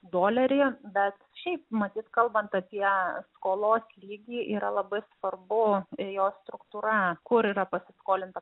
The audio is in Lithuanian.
dolerį bet šiaip matyt kalbant apie skolos lygį yra labai svarbu jos struktūra kur yra pasiskolinta